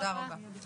תודה רבה.